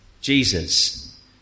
Jesus